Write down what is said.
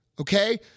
Okay